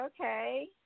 Okay